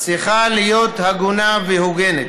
צריכה להיות הגונה והוגנת.